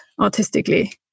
artistically